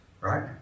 right